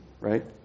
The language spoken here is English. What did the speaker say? Right